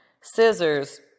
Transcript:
scissors